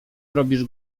robisz